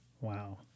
Wow